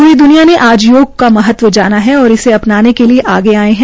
पूरी द्रनिया ने आज योग का महत्व जाना है और इसे अपनाने के लिये आगे आये है